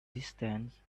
distance